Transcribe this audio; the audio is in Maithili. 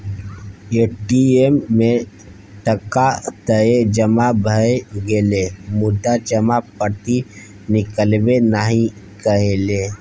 ए.टी.एम मे टका तए जमा भए गेलै मुदा जमा पर्ची निकलबै नहि कएलै